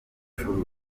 gucuruza